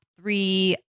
three